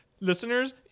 listeners